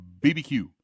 BBQ